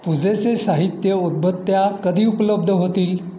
पूजेचे साहित्य उदबत्त्या कधी उपलब्ध होतील